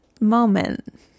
moment